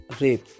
rape